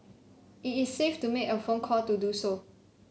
if it's safe to make a phone call do so